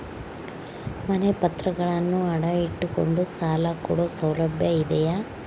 ಮನೆ ಪತ್ರಗಳನ್ನು ಅಡ ಇಟ್ಟು ಕೊಂಡು ಸಾಲ ಕೊಡೋ ಸೌಲಭ್ಯ ಇದಿಯಾ?